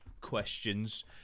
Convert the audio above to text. questions